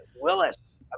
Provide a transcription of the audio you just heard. Willis